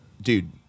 dude